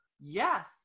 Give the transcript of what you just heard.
Yes